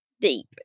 deep